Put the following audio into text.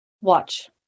Watch